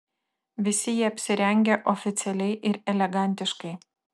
visi jie apsirengę oficialiai ir elegantiškai